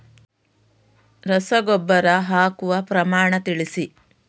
ರಸಗೊಬ್ಬರ ಹಾಕುವ ಪ್ರಮಾಣ ತಿಳಿಸಿ